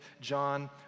John